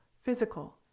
physical